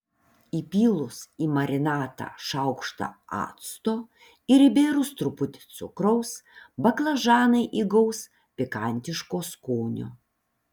įpylus į marinatą šaukštą acto ir įbėrus truputį cukraus baklažanai įgaus pikantiško skonio